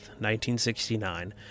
1969